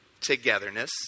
togetherness